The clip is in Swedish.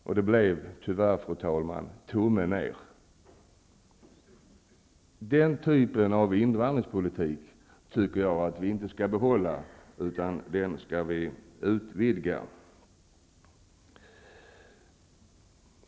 Och det blev tyvärr, fru talman, tummen ned. Den typen av invandringspolitik tycker jag inte att vi skall behålla, utan den skall vi utvidga.